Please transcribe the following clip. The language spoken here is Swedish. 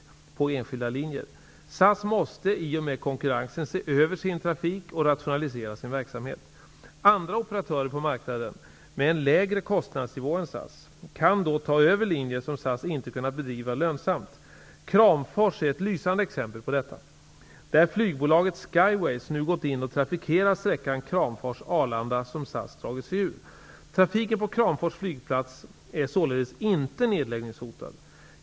SAS måste i och med konkurrensen se över sin trafik och rationalisera sin verksamhet. Andra operatörer på marknaden med en lägre kostnadsnivå än SAS kan då ta över linjer som SAS inte kunnat bedriva lönsamt. Kramfors är ett lysande exempel på detta, där flygbolaget Skyways nu gått in och trafikerar sträckan Kramfors-- Kramfors flygplats är således inte nedläggningshotad.